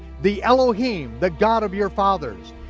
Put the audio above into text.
the elohim, the god of your fathers,